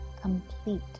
complete